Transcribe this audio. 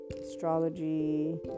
astrology